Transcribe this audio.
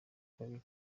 kabiri